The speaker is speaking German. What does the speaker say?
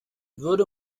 würde